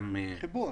חיבור.